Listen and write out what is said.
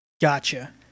Gotcha